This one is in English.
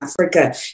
Africa